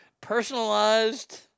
Personalized